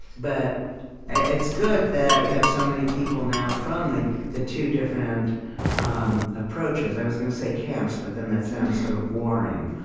but it's good that we have so many people now from the the two different um approaches i was going to say camps, but then that sounds sort of warring,